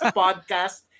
podcast